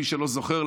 למי שלא זוכר,